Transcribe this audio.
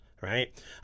right